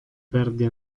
perde